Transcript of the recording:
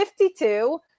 52